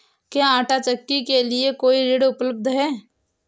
क्या आंटा चक्की के लिए कोई ऋण उपलब्ध है?